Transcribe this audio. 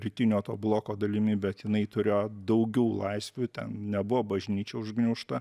rytinio to bloko dalimi bet jinai turėjo daugiau laisvių ten nebuvo bažnyčia užgniaužta